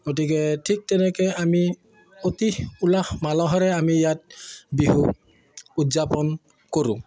গতিকে ঠিক তেনেকৈ আমি অতি উলাহ মালহেৰে আমি ইয়াত বিহু উদযাপন কৰোঁ